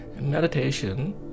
meditation